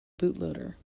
bootloader